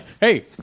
Hey